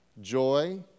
joy